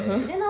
(uh huh)